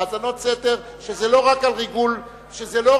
האזנות סתר שזה לא רק על ריגול ובגידה,